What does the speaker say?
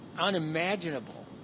unimaginable